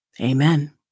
Amen